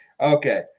Okay